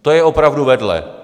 To je opravdu vedle.